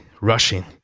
rushing